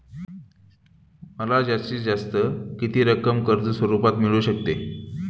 मला जास्तीत जास्त किती रक्कम कर्ज स्वरूपात मिळू शकते?